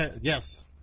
yes